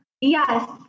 Yes